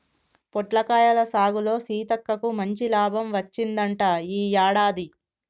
పొట్లకాయల సాగులో సీతక్కకు మంచి లాభం వచ్చిందంట ఈ యాడాది